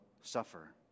suffer